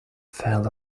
fell